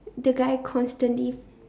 the guy constantly